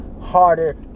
harder